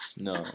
No